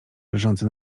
leżący